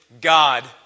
God